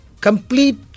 complete